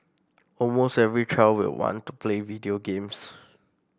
almost every child will want to play video games